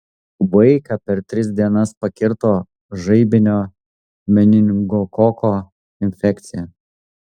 vaiką per tris dienas pakirto žaibinio meningokoko infekcija